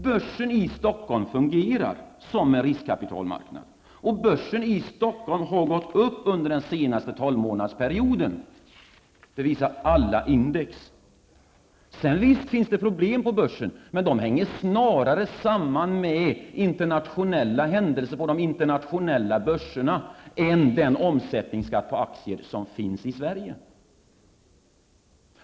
Börsen i Stockholm fungerar som en riskkapitalmarknad, och den har gått upp under den senaste tolvmånadersperioden -- det visar alla index. Visst finns det problem på börsen, men de hänger snarare samman med händelser på de internationella börserna än med den omsättningsskatt på aktier som finns i Sverige.